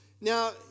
Now